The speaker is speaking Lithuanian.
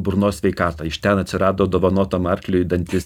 burnos sveikatą iš ten atsirado dovanotam arkliui į dantis